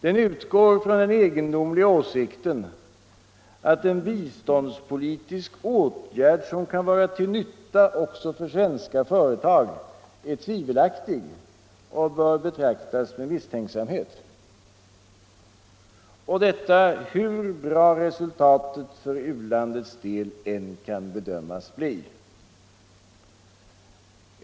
Man utgår från den egendomliga åsikten att en biståndspolitisk åtgärd, som kan vara till fördel också för svenska företag, är tvivelaktig och bör betraktas med misstänksamhet. Och detta hur bra resultatet för u-landets del än kan bedömas Nr 17 bli.